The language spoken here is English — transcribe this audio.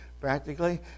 practically